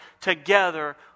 together